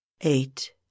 Eight